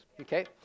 Okay